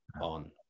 on